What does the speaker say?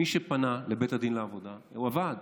מי שפנה לבית הדין לעבודה הוא הוועד,